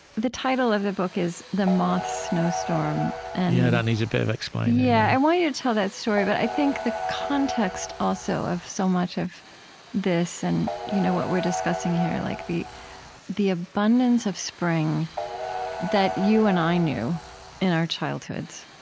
the title of the book is the moth snowstorm that and and needs a bit of explaining yeah i want you to tell that story, but i think the context, also, of so much of this and you know what we're discussing here, like the the abundance of spring that you and i knew in our childhoods,